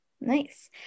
Nice